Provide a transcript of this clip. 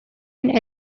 and